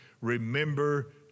Remember